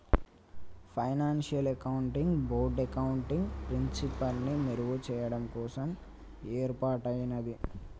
financial accounting board accounting ప్రిన్సిపల్స్ని మెరుగుచెయ్యడం కోసం యేర్పాటయ్యినాది